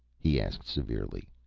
he asked, severely.